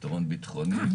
פתרון ביטחוני,